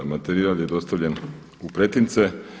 Materijal je dostavljen u pretince.